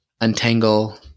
untangle